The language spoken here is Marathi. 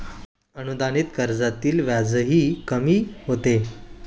अनुदानित कर्जातील व्याजही कमी होते